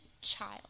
child